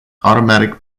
automatic